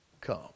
come